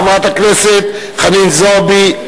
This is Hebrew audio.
חברת הכנסת חנין זועבי,